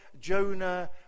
Jonah